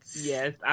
Yes